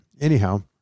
anyhow